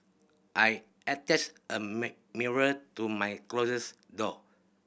I attached a mirror to my closet door